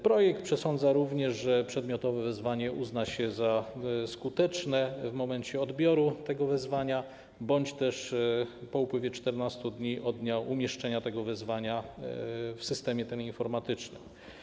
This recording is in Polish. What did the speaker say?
Projekt przesądza również, że przedmiotowe wezwanie uzna się za skuteczne w momencie odbioru tego wezwania bądź też po upływie 14 dni od dnia umieszczenia tego wezwania w systemie teleinformatycznym.